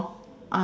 hor